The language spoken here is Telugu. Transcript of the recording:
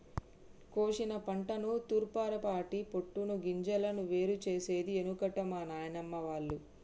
కోశిన పంటను తూర్పారపట్టి పొట్టును గింజలను వేరు చేసేది ఎనుకట మా నానమ్మ వాళ్లు